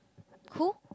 who